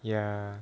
ya